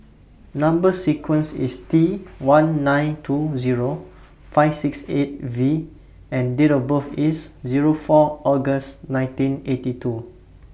Number sequence IS T one nine two Zero five six eight V and Date of birth IS Zero four August nineteen eighty two